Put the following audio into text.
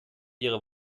ihre